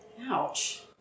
Ouch